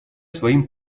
своим